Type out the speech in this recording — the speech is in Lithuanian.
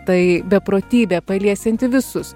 tai beprotybė paliesianti visus